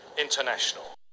international